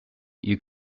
you